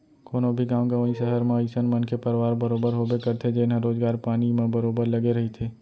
कोनो भी गाँव गंवई, सहर म अइसन मनखे परवार बरोबर होबे करथे जेनहा रोजगार पानी म बरोबर लगे रहिथे